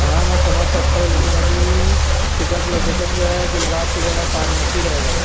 ہاں میں سمجھ سکتا ہوں لیکن ابھی پک اپ لوکیشن جو ہے بل باغ کی جگہ فارمیسی رہے گا